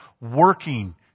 working